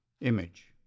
image